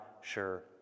sure